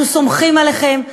אנחנו סומכים עליכם,